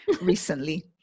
recently